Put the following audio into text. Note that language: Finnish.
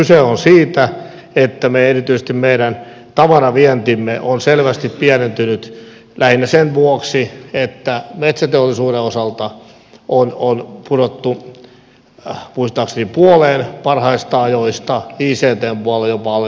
kyse on siitä että erityisesti meidän tavaravientimme on selvästi pienentynyt lähinnä sen vuoksi että metsäteollisuuden osalta on pudottu muistaakseni puoleen parhaista ajoista ictn puolella jopa alle neljännekseen